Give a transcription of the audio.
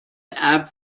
app